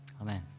Amen